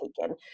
taken